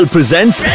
Presents